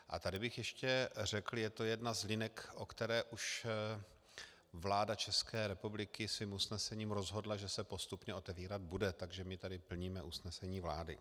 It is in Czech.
A tady bych ještě řekl, je to jedna z linek, o které už vláda České republiky svým usnesením rozhodla, že se postupně otevírat bude, takže my tady plníme usnesení vlády.